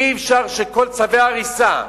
אי-אפשר שכל צווי ההריסה,